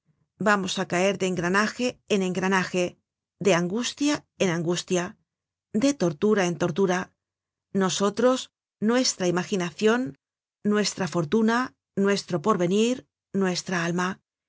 vamos á caer de engranaje en engranaje de angustia en angustia de tortura en tortura nosotros nuestra imaginacion nuestra fortuna nuestro porvenir nuestra alma